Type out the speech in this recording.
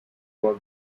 kuwa